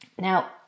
Now